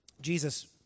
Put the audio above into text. Jesus